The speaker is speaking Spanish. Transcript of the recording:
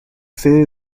sede